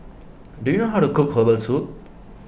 do you know how to cook Herbal Soup